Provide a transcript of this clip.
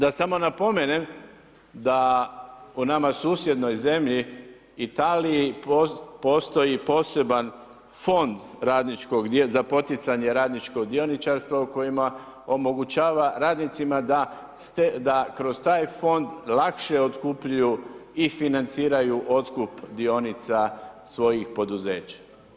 Da smo napomenem da u nama susjednoj zemlji Italiji postoji poseban fond radničkog za poticanje radničkog dioničarstva u kojima omogućava radnicima da kroz taj fond lakše otkupljuju i financiraju otkup dionica svojih poduzeća.